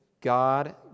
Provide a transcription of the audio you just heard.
God